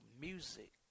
music